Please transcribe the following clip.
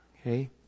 Okay